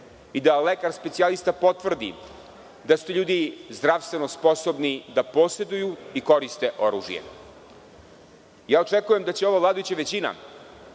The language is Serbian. i da lekar specijalista potvrdi da su ti ljudi zdravstveno sposobni da poseduju i koriste oružje. Očekujem da će ova vladajuća većina,